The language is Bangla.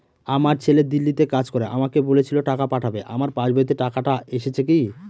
আমার ছেলে দিল্লীতে কাজ করে আমাকে বলেছিল টাকা পাঠাবে আমার পাসবইতে টাকাটা এসেছে কি?